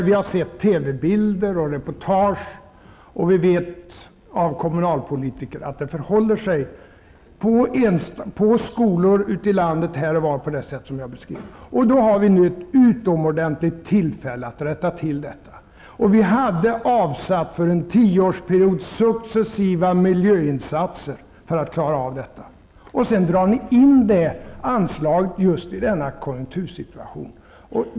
Vi har sett TV-bilder och hört reportage, och vi vet av kommunalpolitiker att det förhåller sig på en del skolor här och var ute i landet på det sätt som jag beskrev. Vi har nu ett utomordentligt tillfälle att rätta till detta. Vi hade avsatt för en tioårsperiod medel för successiva miljöinsatser för att klara av detta. Men ni drar in det anslaget just i denna konjunktursituation.